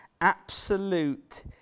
absolute